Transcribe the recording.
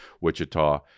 Wichita